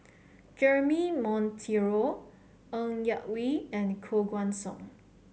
Jeremy Monteiro Ng Yak Whee and Koh Guan Song